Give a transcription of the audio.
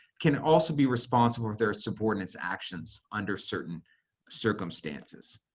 can also be responsible for their subordinate's actions under certain circumstances.